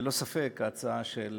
ללא ספק, ההצעה של